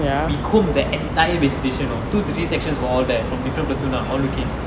we combed the entire vegetation you know two to three sections were all there from different platoon ah all looking